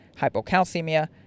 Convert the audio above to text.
hypocalcemia